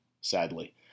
sadly